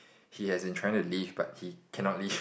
he has been trying to leave but he cannot leave